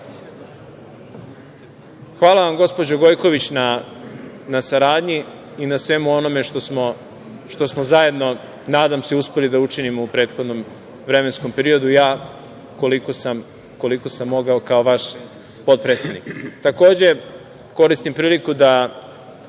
Hvala vam, gospođo Gojković, na saradnji i na svemu onome što smo zajedno, nadam se, uspeli da učinimo u prethodnom vremenskom periodu i ja koliko sam mogao kao vaš potpredsednik. Takođe koristim priliku da